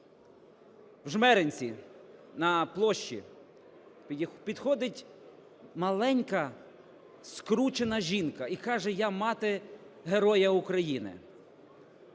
В Жмеринці на площі підходить маленька скручена жінка і каже: "Я – мати Героя України".